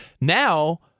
Now